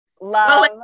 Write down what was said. love